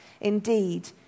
Indeed